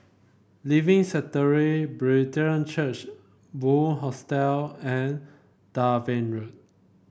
Living Sanctuary Brethren Church Bunc Hostel and Dalven Road